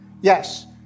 Yes